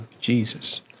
Jesus